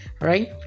right